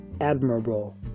admirable